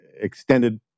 extended